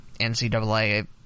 ncaa